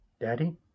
Daddy